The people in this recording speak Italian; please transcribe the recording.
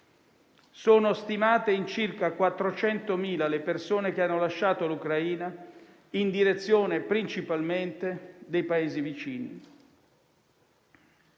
Sono stimate in circa 400.000 le persone che hanno lasciato l'Ucraina in direzione principalmente dei Paesi vicini.